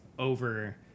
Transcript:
over